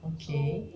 okay